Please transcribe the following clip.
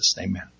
Amen